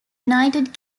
united